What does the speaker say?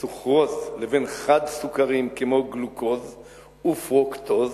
סוכרוז, לבין חד-סוכרים, כמו גלוקוז ופרוקטוז,